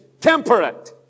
temperate